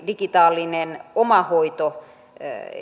digitaalinen omahoito